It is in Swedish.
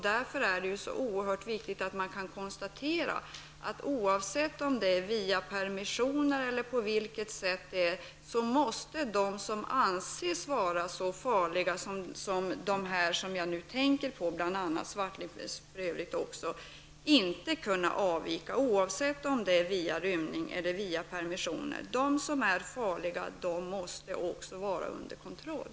Det är därför viktigt att kunna konstatera att personer som anses så farliga som de som jag nu tänker på inte skall kunna avvika vare sig med rymning eller vid permission eller på något annat sätt. De som är farliga måste vara under kontroll.